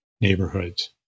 neighborhoods